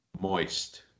Moist